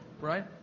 right